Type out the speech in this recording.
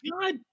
God